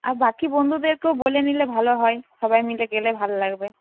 আর বাকি বন্ধুদেরকেও বলে নিলে ভালো হয় সবাই মিলে গেলে ভাল লাগবে